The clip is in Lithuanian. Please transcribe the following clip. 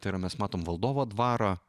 tai yra mes matom valdovo dvarą